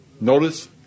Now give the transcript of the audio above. notice